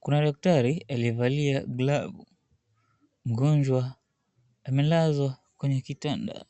Kuna daktari aliyevalia glavu. Mgonjwa amelazwa kwenye kitanda.